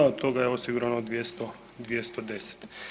Od toga je osigurano 210.